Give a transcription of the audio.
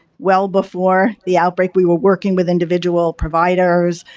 well before the outbreak we were working with individual providers.